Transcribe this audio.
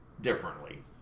differently